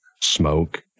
smoke